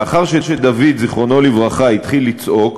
לאחר שדוד, זיכרונו לברכה, התחיל לצעוק,